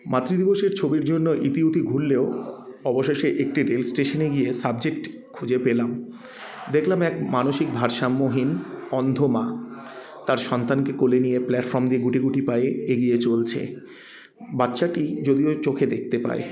মাতৃদিবসের ছবির জন্য ইতি উতি ঘুরলেও অবশেষে একটি রেল স্টেশানে গিয়ে সাবজেক্ট খুঁজে পেলাম দেখলাম এক মানসিক ভারসাম্যহীন অন্ধ মা তার সন্তানকে কোলে নিয়ে প্ল্যাটফর্ম দিয়ে গুটি গুটি পায়ে এগিয়ে চলছে বাচ্চাটি যদিও চোখে দেখতে পায়